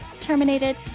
Terminated